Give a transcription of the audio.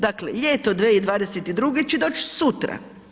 Dakle, ljeto 2022. će doć sutra.